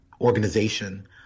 organization